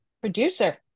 producer